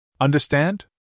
Understand